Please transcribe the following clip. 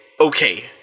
Okay